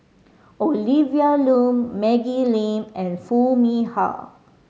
Olivia Lum Maggie Lim and Foo Mee Har